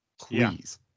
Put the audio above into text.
Please